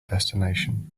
destination